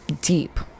deep